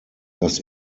das